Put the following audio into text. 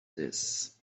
this